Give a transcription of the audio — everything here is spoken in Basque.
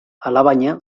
alabaina